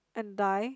and die